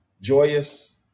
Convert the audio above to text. joyous